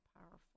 powerful